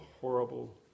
horrible